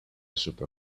super